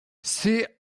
she